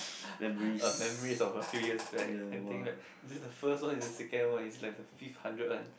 a memories of a few years back anything like is it the first one is the second one is like the fifth hundred one